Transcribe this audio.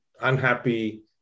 unhappy